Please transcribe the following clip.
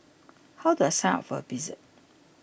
how do I sign up for a visit